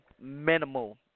minimal